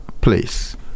place